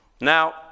Now